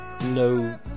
no